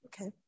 Okay